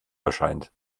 erscheint